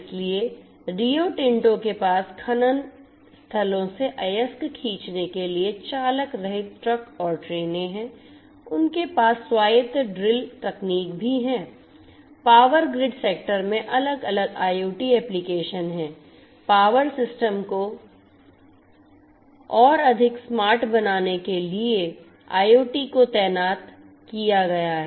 इसलिए Rio Tinto के पास खनन स्थलों से अयस्क खींचने के लिए चालक रहित ट्रक और ट्रेनें हैं और उनके पास स्वायत्त ड्रिल तकनीक भी है पावर ग्रिड सेक्टर में अलग अलग IoT एप्लिकेशन हैं I पावर सिस्टम को और अधिक स्मार्ट बनाने के लिए IoT को तैनात किया गया है